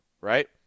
right